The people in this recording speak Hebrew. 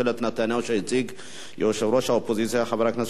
שהציג יושב-ראש האופוזיציה חבר הכנסת שאול מופז,